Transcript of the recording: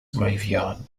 graveyard